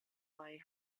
like